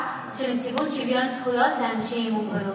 של נציבות שוויון זכויות לאנשים עם מוגבלות.